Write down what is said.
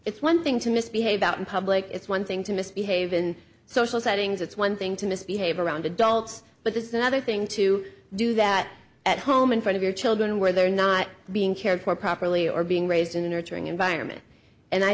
it's one thing to misbehave out in public it's one thing to misbehave in social settings it's one thing to misbehave around adults but this is another thing to do that at home in front of your children where they're not being cared for properly or being raised in a nurturing environment and i